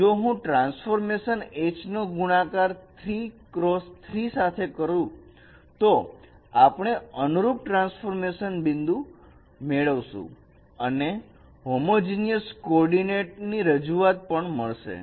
જો હું transformation H નો ગુણાકાર 3 x 3 સાથે કરું તો આપણે અનુરૂપ ટ્રાન્સફોર્મ બિંદુઓ મેળવશું અને હોમોજીનયસ કોઓર્ડીનેટ રજૂઆત પણ મળશે